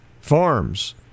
Farms